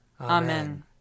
Amen